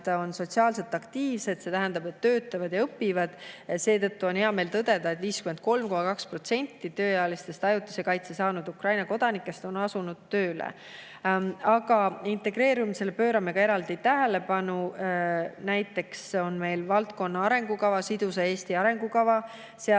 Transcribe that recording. on sotsiaalselt aktiivsed, see tähendab, et töötavad ja õpivad. Seetõttu on hea meel tõdeda, et 53,2% tööealistest ajutise kaitse saanud Ukraina kodanikest on asunud tööle. Integreerumisele pöörame ka eraldi tähelepanu. Näiteks on meil valdkonna arengukava, sidusa Eesti arengukava. Seal